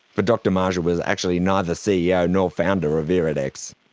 but dr marshall was actually neither ceo nor founder of iridex?